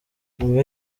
nyuma